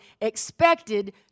expected